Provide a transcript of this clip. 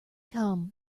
come